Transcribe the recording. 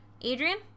Adrian